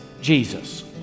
Jesus